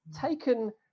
taken